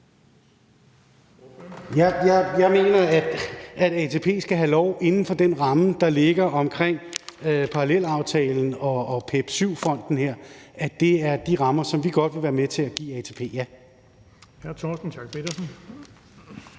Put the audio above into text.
Jeg mener, at ATP skal have lov til at agere inden for den ramme, der ligger omkring parallelaftalen og PEP VII-fonden her. Det er de rammer, som vi gerne vil være med til at give ATP,